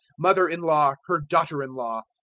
mother-in-law her daughter-in-law,